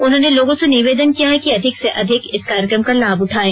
उन्होंने लोगों से निवेदन किया है कि अधिक से अधिक इस कार्यक्रम का लाभ उठायें